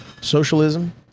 socialism